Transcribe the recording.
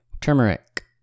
turmeric